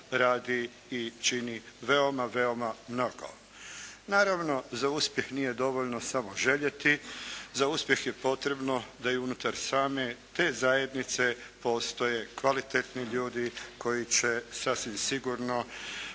radi i čini veoma, veoma mnogo. Naravno za uspjeh nije dovoljno samo željeti, za uspjeh je potrebno da i unutar same te zajednice postoje kvalitetni ljudi koji će sasvim sigurno